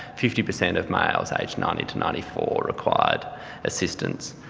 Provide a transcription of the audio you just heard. fifty per cent of males aged ninety to ninety four required assistance.